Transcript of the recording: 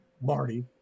Marty